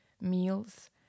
meals